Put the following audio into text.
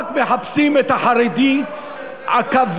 רק מחפשים את החרדי הקבוע.